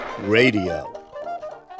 radio